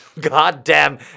goddamn